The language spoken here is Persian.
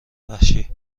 وحشی